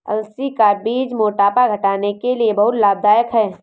अलसी का बीज मोटापा घटाने के लिए बहुत लाभदायक है